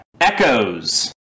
Echoes